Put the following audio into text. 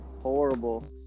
horrible